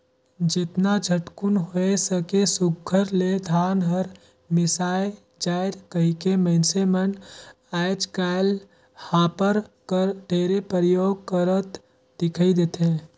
जेतना झटकुन होए सके सुग्घर ले धान हर मिसाए जाए कहिके मइनसे मन आएज काएल हापर कर ढेरे परियोग करत दिखई देथे